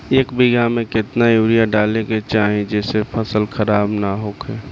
एक बीघा में केतना यूरिया डाले के चाहि जेसे फसल खराब ना होख?